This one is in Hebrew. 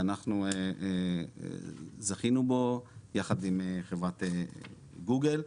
שאנחנו זכינו בו יחד עם חברת גוגל.